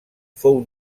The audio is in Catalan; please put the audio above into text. fou